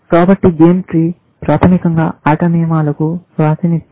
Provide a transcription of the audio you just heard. కాబట్టి game tree ప్రాథమికంగా ఆట నియమాలకు ప్రాతినిధ్యం